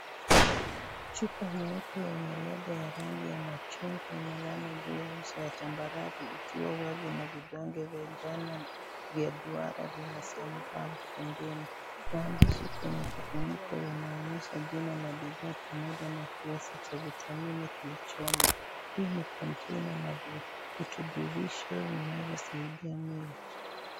Chupa nyeupe yenye lebo ya rangi ya machungwa imelala juu ya uso ya tambarare ikiwa wavu na vidonge vya njano vya duara vimesambaa pembeni, maandishi kwenye kifuniko yanaonyesha jina la bidhaa pamoja na kiasi cha vitamini kilichomo hii ni konteina la virutubisho vinavyo saidia mwili.